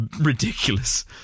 ridiculous